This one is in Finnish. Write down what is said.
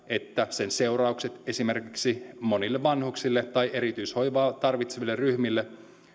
sen seuraus esimerkiksi monille vanhuksille tai erityishoivaa tarvitseville ryhmille